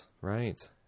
Right